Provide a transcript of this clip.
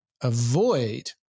avoid